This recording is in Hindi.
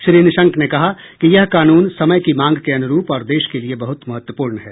श्री निशंक ने कहा कि यह कानून समय की मांग के अनुरूप और देश के लिए बहुत महत्वपूर्ण है